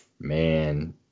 man